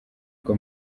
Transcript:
bwo